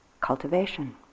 cultivation